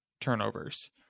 turnovers